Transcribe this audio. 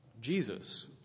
Jesus